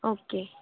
okay